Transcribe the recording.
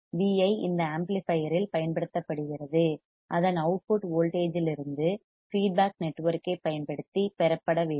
Vi இந்த ஆம்ப்ளிபையர்யில் பயன்படுத்தப்படுகிறது அதன் அவுட்புட் வோல்டேஜ்லிருந்து ஃபீட்பேக் நெட்வொர்க்கைப் பயன்படுத்தி பெறப்பட வேண்டும்